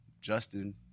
Justin